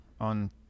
on